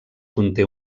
conté